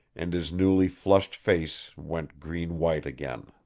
and his newly flushed face went green-white again.